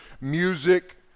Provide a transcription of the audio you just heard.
music